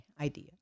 idea